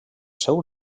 seu